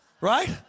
right